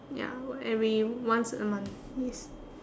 ya watch every once a month yes